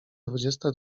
dwudziesta